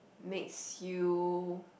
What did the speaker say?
makes you